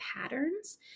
patterns